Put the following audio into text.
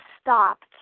stopped